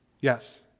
Yes